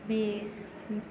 बे